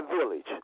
village